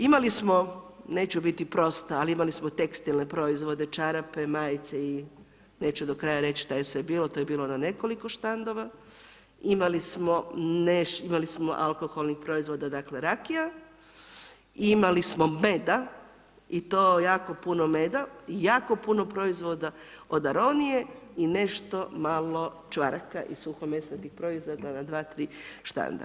Imali smo, neću biti prosta, ali imali smo tekstilne proizvode, čarape, majice i neću do kraja reći šta je sve bilo, to je bilo na nekoliko štandova, imali smo alkoholnih proizvoda dakle rakija, imali smo meda i to jako puno meda i jako puno proizvoda od aronije i nešto malo čvaraka i suhomesnatih proizvoda na dva, tri štanda.